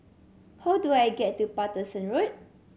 how do I get to Paterson Road